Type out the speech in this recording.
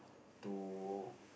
to